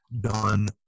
done